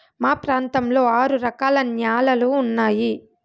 మా ప్రాంతంలో ఆరు రకాల న్యాలలు ఉన్నాయి